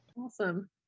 awesome